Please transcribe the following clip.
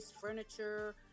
furniture